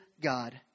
God